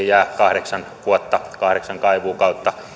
jää kahdeksan vuotta kahdeksan kaivuukautta